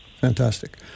Fantastic